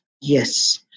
yes